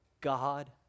God